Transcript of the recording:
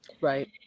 right